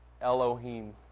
Elohim